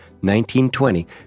1920